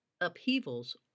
upheavals